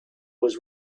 was